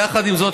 יחד עם זאת,